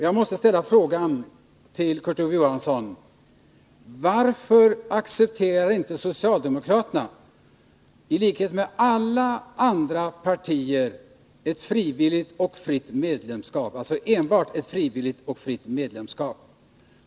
Jag måste fråga Kurt Ove Johansson: Varför accepterar inte socialdemokraterna i likhet med alla andra partier enbart frivilligt och fritt medlemskap?